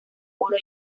oro